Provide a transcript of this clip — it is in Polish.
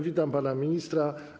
Witam pana ministra.